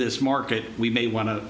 this market we may wan